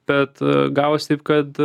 bet gavosi taip kad